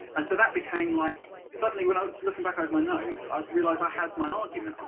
and so that became like suddenly when i was looking back over my notes i realised i had my argument.